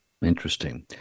Interesting